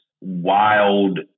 wild